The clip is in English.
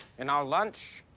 in our lunch?